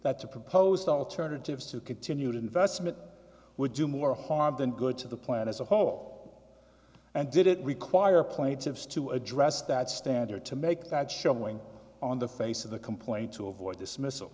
that the proposed alternatives to continued investment would do more harm than good to the plant as a whole and did it require plaintiffs to address that standard to make that showing on the face of the complaint to avoid dismiss